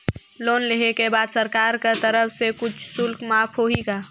Loan लेहे के बाद सरकार कर तरफ से कुछ शुल्क माफ होही का?